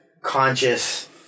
conscious